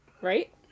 Right